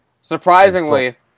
Surprisingly